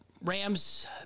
Rams